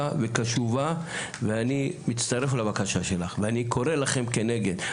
וקשובה ואני מצטרף לבקשה שלך ואני קורא לכם כנגד,